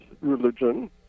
religion